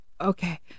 okay